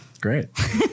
Great